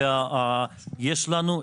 ויש לנו,